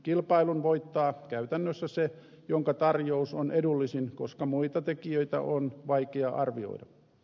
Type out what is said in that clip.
kilpailun voittaa käytännössä se jonka tarjous on edullisin koska muita tekijöitä on vaikea arvioida